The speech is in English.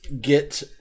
get